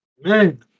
Man